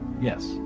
Yes